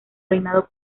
reinado